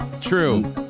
True